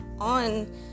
on